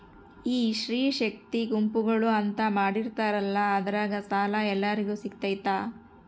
ಈ ಸ್ತ್ರೇ ಶಕ್ತಿ ಗುಂಪುಗಳು ಅಂತ ಮಾಡಿರ್ತಾರಂತಲ ಅದ್ರಾಗ ಸಾಲ ಎಲ್ಲರಿಗೂ ಸಿಗತೈತಾ?